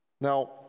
Now